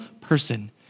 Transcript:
person